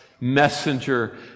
messenger